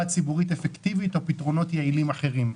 ציבורית אפקטיבית או פתרונות יעילים אחרים.